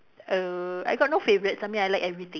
err I got no favourites I mean I like everything